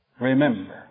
Remember